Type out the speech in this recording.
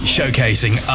Showcasing